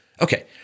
Okay